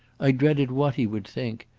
i dreaded what he would think.